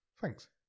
Thanks